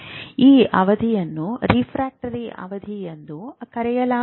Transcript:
ಈ ಅವಧಿಯನ್ನು ವಕ್ರೀಭವನದ ಅವಧಿ ಎಂದು ಕರೆಯಲಾಗುತ್ತದೆ